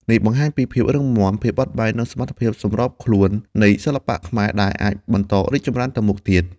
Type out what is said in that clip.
នេះបង្ហាញពីភាពរឹងមាំ ភាពបត់បែន និងសមត្ថភាពសម្របខ្លួននៃសិល្បៈខ្មែរ ដែលអាចបន្តរីកចម្រើនទៅមុខទៀត។